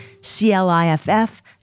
C-L-I-F-F